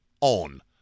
on